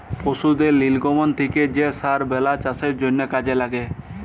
পশুদের লির্গমল থ্যাকে যে সার বেলায় চাষের জ্যনহে কাজে ল্যাগে